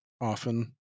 often